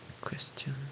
question